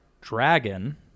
dragon